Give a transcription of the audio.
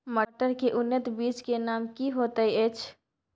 मटर के उन्नत बीज के नाम की होयत ऐछ?